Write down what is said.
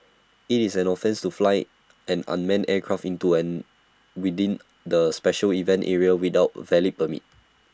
IT is an offence to fly an unmanned aircraft into within the special event area without A valid permit